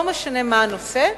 לא משנה מה הנושא,